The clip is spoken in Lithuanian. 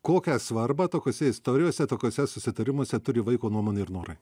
kokią svarbą tokiose istorijose tokiuose susitarimuose turi vaiko nuomonė ir norai